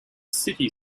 city